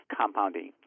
compounding